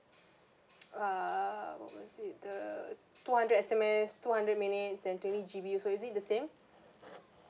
ah what was it the two hundred S_M_S two hundred minutes and twenty G_B uh so is it the same